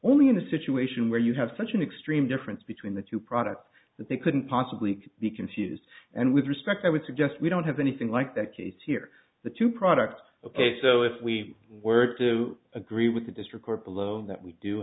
only in a situation where you have such an extreme difference between the two products that they couldn't possibly be confused and with respect i would suggest we don't have anything like that case here the two products ok so if we were to agree with the district court below that we do